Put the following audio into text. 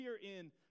herein